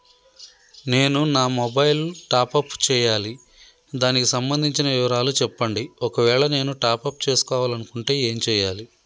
నేను నా mobile top up చేయాలి దానికి సంబంధించిన వివరాలు చెప్పండి ఒకవేళ నేను టాప్ చేసుకోవాలనుకుంటే ఏం చేయాలి?